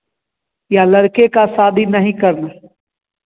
या लड़के का शादी नहीं करना